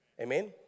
Amen